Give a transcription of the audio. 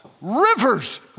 rivers